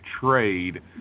trade